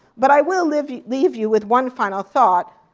but i will leave you leave you with one final thought,